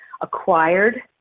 acquired